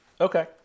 Okay